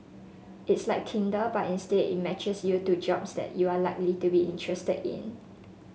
it's like Tinder but instead it matches you to jobs that you are likely to be interested in